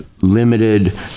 limited